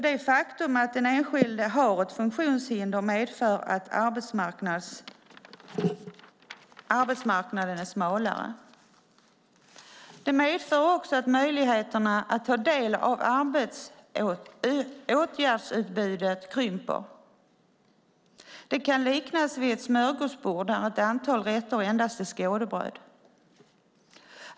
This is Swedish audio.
Det faktum att den enskilde har ett funktionshinder medför att arbetsmarknaden är smalare. Det medför också att möjligheterna att ta del av åtgärdsutbudet krymper. Det kan liknas vid ett smörgåsbord där ett antal rätter endast är skådebröd.